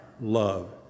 love